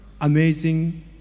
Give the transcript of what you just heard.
amazing